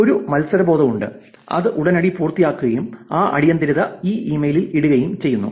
ഒരു മത്സരബോധം ഉണ്ട് അത് ഉടനടി പൂർത്തിയാക്കുകയും ആ അടിയന്തിരത ഈ ഇമെയിലിൽ ഇടുകയും ചെയ്യുന്നു